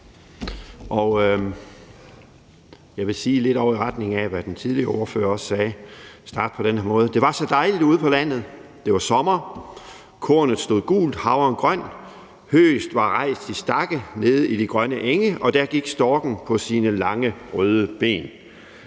Jeg vil sige lidt i retning af, hvad den tidligere ordfører også sagde, og starte på den her måde: »Der var saa deiligt ude paa Landet; det var Sommer, Kornet stod guult, Havren grøn, Høet var reist i Stakke nede i de grønne Enge, og der gik Storken paa sine lange, røde Been.«